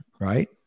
right